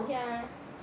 ya